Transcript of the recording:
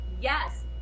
Yes